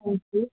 ਹਾਂਜੀ